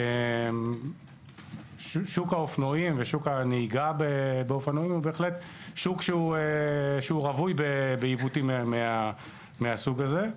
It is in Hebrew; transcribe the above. שוק האופנועים ושוק הנהיגה באופנועים רווי בעיוותים מסוג זה.